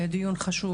אין ספק שזה דיון חשוב.